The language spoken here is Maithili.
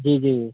जी जी